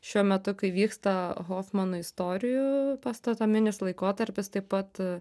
šiuo metu kai vyksta hofmanų istorijų pastatominis laikotarpis taip pat